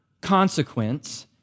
consequence